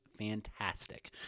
fantastic